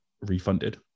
refunded